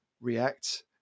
React